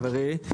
חברי,